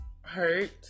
hurt